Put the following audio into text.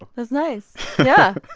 was nice yeah.